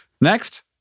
next